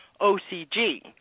OCG